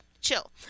chill